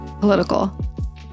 Political